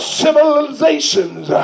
civilizations